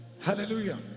hallelujah